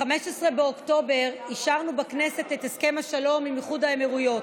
ב-15 באוקטובר אישרנו את הסכם השלום עם איחוד האמירויות.